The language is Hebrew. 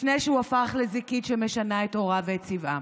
לפני שהוא הפך לזיקית שמשנה את עורה ואת צבעה.